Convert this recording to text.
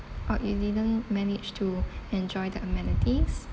orh you didn't manage to enjoy the amenities